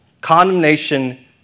condemnation